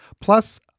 plus